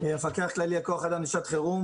אני המפקח הכללי על כוח אדם לשעת חירום,